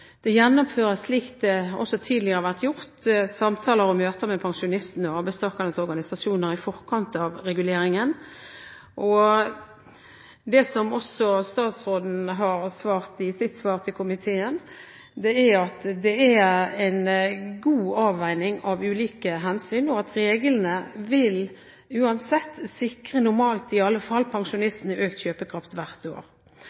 Det gjennomføres, slik det også tidligere har vært gjort, samtaler og møter med pensjonistenes og arbeidstagernes organisasjoner i forkant av reguleringen, og det som også statsråden har opplyst i sitt svar til komiteen, er at det er en god avveining av ulike hensyn, og at reglene uansett vil sikre, normalt i alle fall, pensjonistene økt kjøpekraft hvert år.